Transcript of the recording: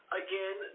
again